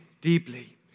deeply